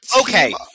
okay